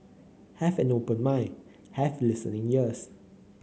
have an open mind have listening ears